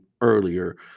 earlier